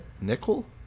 nickel